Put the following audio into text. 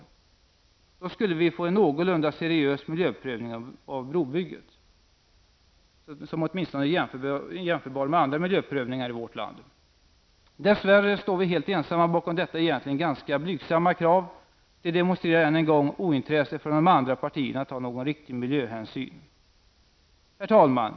Då skulle vi få en någorlunda seriös miljöprövning av brobygget. Dess värre står vi helt ensamma bakom detta egentligen ganska blygsamma krav. Det demonstrerar än en gång ointresset från de andra partierna att ta någon riktig miljöhänsyn. Herr talman!